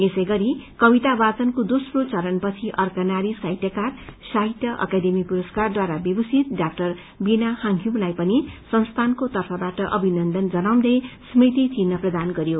यसैगरी कविता वाचनको दोम्रो चरणपछि अर्का नारी साहित्यकार साहित्य अकादमी पुरस्कारद्वारा विभूषित डाक्टर वीणा हाङखिमलाई पनि संस्थानको तर्फबाट अभिनन्दन जनाउँदै स्मृति चिन्ह प्रदान गरियो